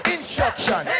Instruction